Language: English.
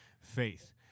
faith